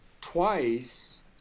twice